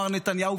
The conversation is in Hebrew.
מר נתניהו,